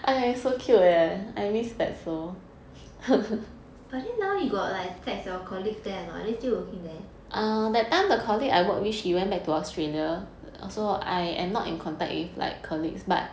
but then now you got like text your colleagues there anot are they still working there